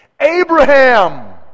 Abraham